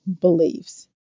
beliefs